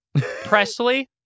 Presley